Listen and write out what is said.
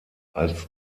als